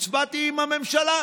הצבעתי עם הממשלה,